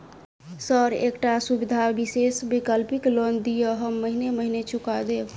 Sir एकटा सुविधा विशेष वैकल्पिक लोन दिऽ हम महीने महीने चुका देब?